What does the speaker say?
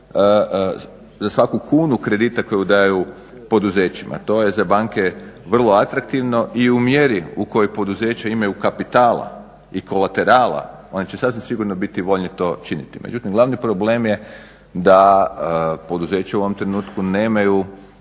za svaku kunu kredita koju daju poduzećima. To je za banke vrlo atraktivno i u mjeri u kojoj poduzeća imaju kapitala i kolaterala, ona će sasvim sigurno biti voljni to činiti. Međutim, glavni problem je da poduzeća u ovom trenutku nemaju